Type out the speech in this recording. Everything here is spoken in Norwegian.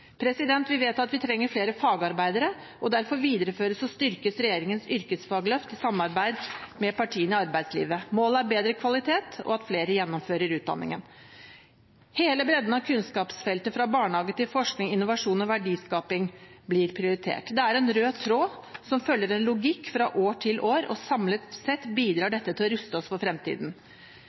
Vi vet at vi trenger flere fagarbeidere, og derfor videreføres og styrkes regjeringens yrkesfagløft i samarbeid med partene i arbeidslivet. Målet er bedre kvalitet og at flere gjennomfører utdanningen. Hele bredden av kunnskapsfeltet fra barnehage til forskning, innovasjon og verdiskaping blir prioritert. Det er en rød tråd som følger en logikk fra år til år, og samlet sett bidrar dette til å ruste oss for fremtiden.